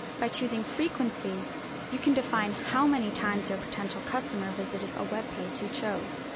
by choosing frequency you can define how many times your potential customer visited a webpage you chose.